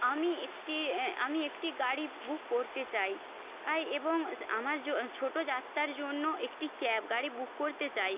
আমি একটি আমি একটি গাড়ি বুক করতে চাই এবং আমার ছোটো যাত্রার জন্য একটি ক্যাব গাড়ি বুক করতে চাই